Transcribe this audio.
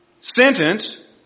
sentence